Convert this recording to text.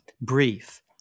brief